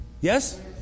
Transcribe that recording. Yes